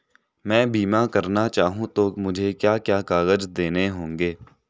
मैं बीमा करना चाहूं तो मुझे क्या क्या कागज़ देने होंगे?